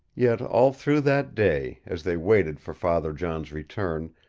yet all through that day, as they waited for father john's return,